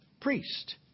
priest